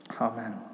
Amen